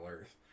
Earth